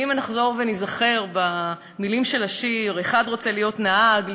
אם נחזור וניזכר במילים של השיר: "אחד רוצה להיות נהג,